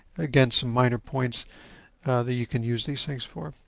again some minor points that you can use these things for.